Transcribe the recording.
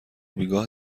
بیگاه